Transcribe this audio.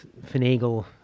finagle